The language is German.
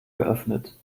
geöffnet